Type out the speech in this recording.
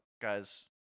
Guys